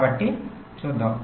కాబట్టి చూద్దాం